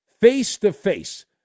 face-to-face